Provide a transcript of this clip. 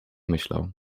myślał